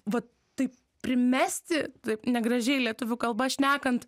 va taip primesti taip negražiai lietuvių kalba šnekant